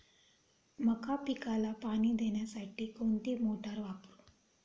मका पिकाला पाणी देण्यासाठी कोणती मोटार वापरू?